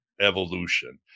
evolution